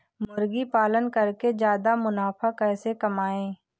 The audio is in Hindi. मुर्गी पालन करके ज्यादा मुनाफा कैसे कमाएँ?